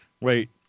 Wait